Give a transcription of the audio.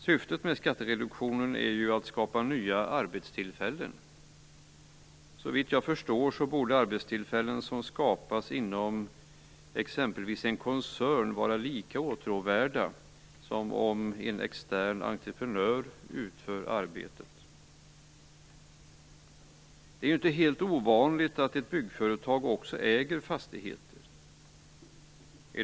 Syftet med skattereduktionen är ju att skapa nya arbetstillfällen, och såvitt jag förstår borde arbetstillfällen som skapas inom exempelvis en koncern vara lika åtråvärda som om en extern entreprenör utför arbetet. Det är inte helt ovanligt att ett byggföretag också äger fastigheter.